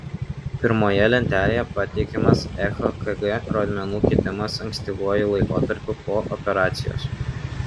pirmoje lentelėje pateikiamas echokg rodmenų kitimas ankstyvuoju laikotarpiu po operacijos